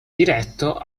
diretto